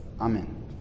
Amen